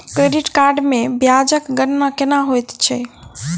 credit card मे ब्याजक गणना केना होइत छैक